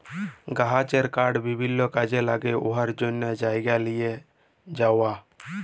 গাহাচের কাঠ বিভিল্ল্য কাজে ল্যাগে উয়ার জ্যনহে জায়গায় লিঁয়ে যাউয়া